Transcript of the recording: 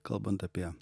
kalbant apie